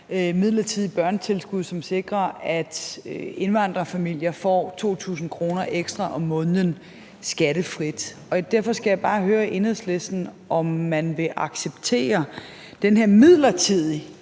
midlertidige børnetilskud, som sikrer, at indvandrerfamilier får 2.000 kr. ekstra om måneden skattefrit. Derfor skal jeg bare høre Enhedslisten, om man vil acceptere den her midlertidighed,